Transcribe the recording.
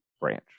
branch